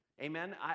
Amen